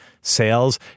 sales